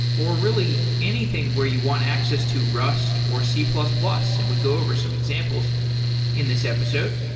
or really anything where you want access to rust or c plus plus, and we go over some examples in this episode.